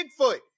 Bigfoot